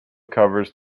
covers